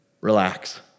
Relax